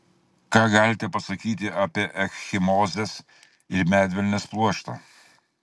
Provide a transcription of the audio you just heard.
ką galite pasakyti apie ekchimozes ir medvilnės pluoštą